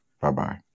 Bye-bye